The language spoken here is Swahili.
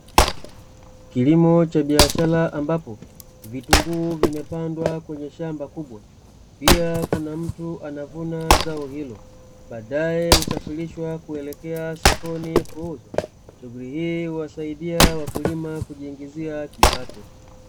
Kilimo cha biashara ambapo vitunguu vimepandwa kwenye shamba kubwa, pia kuna mtu anavuna zao hilo, badae husafirishwa kuelekea sokoni kuuzwa, shughuli hii huwasaidia wakulima kujiingizia kipato.